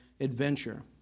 adventure